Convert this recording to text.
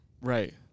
Right